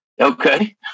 okay